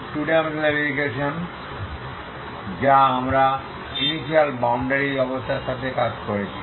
two dimensional wave equation যা আমরা initial boundary অবস্থার সাথে কাজ করেছি